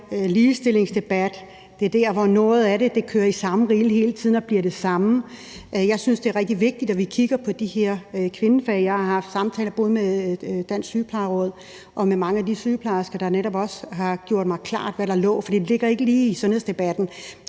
ligestillingsdebat, er der noget af det, der kører i samme rille hele tiden, altså bliver det samme. Jeg synes, det er rigtig vigtigt, at vi kigger på de her kvindefag. Jeg har haft samtaler med både Dansk Sygeplejeråd og mange sygeplejersker, der netop har gjort mig klart, hvad der lå. For der ligger ikke lige noget i sundhedsdebatten